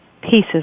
pieces